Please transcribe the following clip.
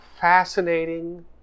fascinating